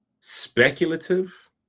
speculative